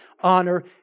honor